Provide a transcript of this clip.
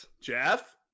Jeff